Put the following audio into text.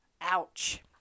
Ouch